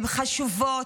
היא חשובה,